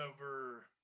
over